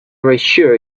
reassure